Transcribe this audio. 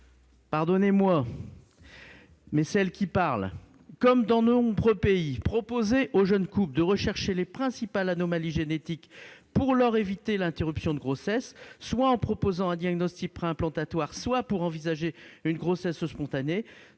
a indiqué :« Si nous pouvions, comme dans de nombreux pays, proposer aux jeunes couples de rechercher les principales anomalies génétiques pour leur éviter l'interruption de grossesse, soit en proposant un diagnostic préimplantatoire soit pour envisager une grossesse spontanée,